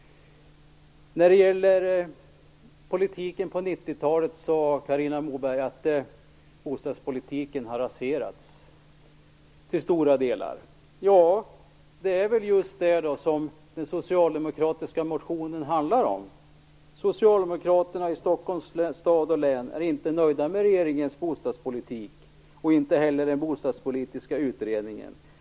När det gäller bostadspolitiken på 90-talet sade Carina Moberg att bostadspolitiken till stora delar har raserats. Ja, det är väl just det som den socialdemokratiska motionen handlar om. Socialdemokraterna i Stockholms stad och län är inte nöjda med regeringens bostadspolitik och inte heller den bostadspolitiska utredningen.